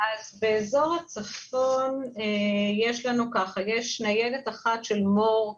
באזור הצפון יש ניידת אחת של מור,